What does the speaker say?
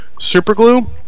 Superglue